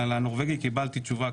על הנורבגים קיבלתי תשובה,